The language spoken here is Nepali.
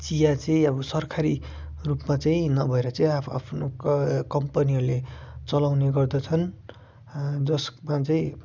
चिया चाहिँ आबो सरकारी रूपमा चाहिँ नभएर चाहिँ आफ्नो कम्पनीहरूले चलाउने गर्दछन् जसमा चाहिँ